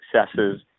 successes